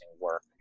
work